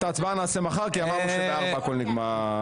את ההצבעה נעשה מחר כי אמרנו שב-16:00 הכול נגמר.